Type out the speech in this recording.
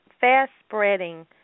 fast-spreading